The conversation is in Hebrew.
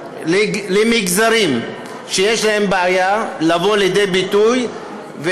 למגזרים שיש להם בעיה לבוא לידי ביטוי,